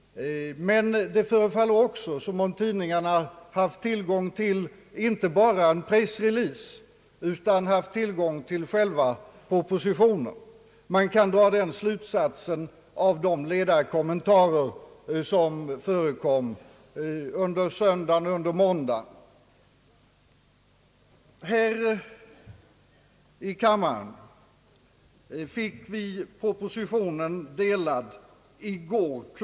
Men det förefaller också som om tidningarna haft tillgång till inte bara en pressrelease utan hela propositionen. Man kan dra den slutsatsen av de ledarkommentarer som förekom under söndagen och måndagen. Här i kammaren fick vi propositionen utdelad i går kl.